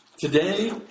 Today